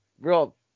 real